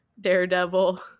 Daredevil